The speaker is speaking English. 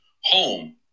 home